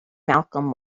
malcolm